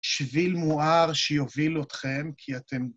שביל מואר שיוביל אתכם, כי אתם...